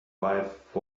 wife